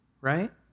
right